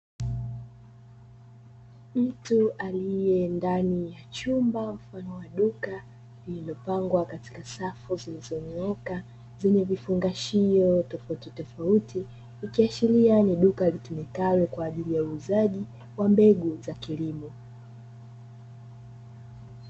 Mtu aliye ndani ya chumba mfano wa duka lililopangwa katika safu zilizonyooka zenye vifungashio tofautitofauti, ikiashiria ni duka litumikalo kwa ajili ya uuzaji wa mbegu za kilimo.